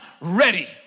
ready